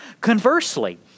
Conversely